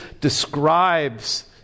describes